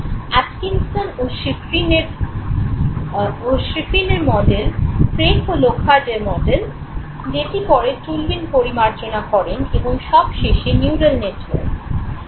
Atkinson ও শ্রিফিনের model Craik ও লখারডের মডেল যেটি পরে টুলভিং পরিমার্জনা করেন এবং সব শেষে নিউরাল নেটওয়ার্ক